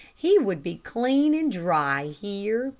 he would be clean and dry here,